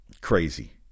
Crazy